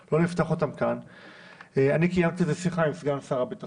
קיבל אשרת שהייה צריך להבין שיש פה סיטואציה שצריך לבוא